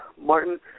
Martin